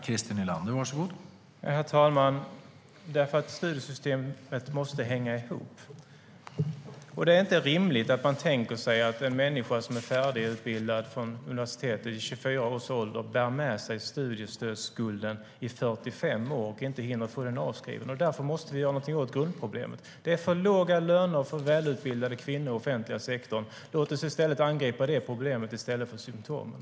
Herr talman! Studiesystemet måste hänga ihop. Det är inte rimligt att en människa som är färdigutbildad från universitetet vid 24 års ålder bär med sig studiestödsskulden i 45 år och inte hinner få den avskriven. Därför måste vi göra något åt grundproblemet. Det är för låga löner för välutbildade kvinnor i den offentliga sektorn. Låt oss angripa det problemet i stället för symtomen.